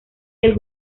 del